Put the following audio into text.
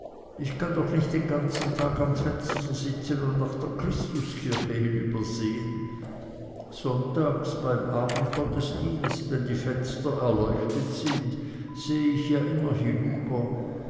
ich kann doch nicht den ganzen tag am fenster sitzen und nach der christuskirche hin übersehen sonntags beim abendgottesdienst wenn die fenster beleuchtet sind sehe ich ja immer hinüber